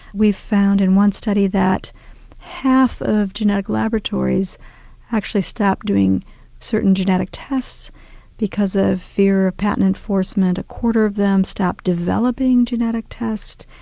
we've found in one study that half of genetic laboratories actually stopped doing certain genetic tests because of fear of patent enforcement, a quarter of them stopped developing genetic tests.